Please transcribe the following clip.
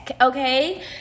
okay